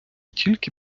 тільки